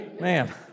Man